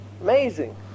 amazing